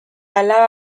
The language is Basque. alaba